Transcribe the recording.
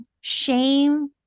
shame